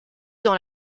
dans